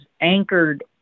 anchored